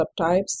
subtypes